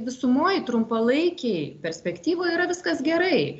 visumoj trumpalaikėj perspektyvoj yra viskas gerai